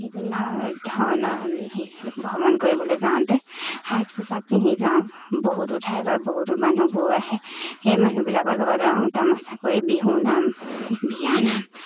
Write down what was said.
বিভিন্ন ধৰণৰ আমি সেই ভ্ৰমণ কৰিবলৈ যাওঁতে সাজ পোচাক পিন্ধি যাওঁ বহুতো ঠাই বা বহুতো মানুহবোৰো আহে সেই মানুহবিলাকৰ লগত ৰং তামাচা কৰি বিহু নাম বিয়ানাম